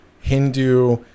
Hindu